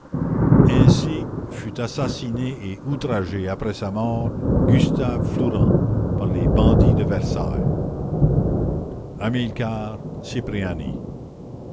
ainsi fut assassiné et outragé après sa mort gustave flourens par les bandits de versailles amilcare cipriani